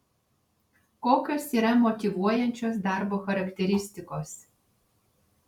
kokios yra motyvuojančios darbo charakteristikos